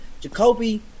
Jacoby